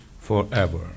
forever